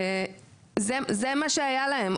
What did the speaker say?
זה מה שהיה להם,